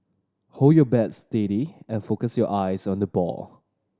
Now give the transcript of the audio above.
hold your bat steady and focus your eyes on the ball